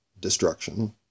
destruction